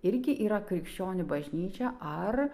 irgi yra krikščionių bažnyčia ar